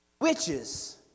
witches